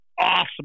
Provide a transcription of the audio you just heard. Awesome